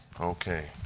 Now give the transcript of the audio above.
Okay